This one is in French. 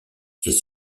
est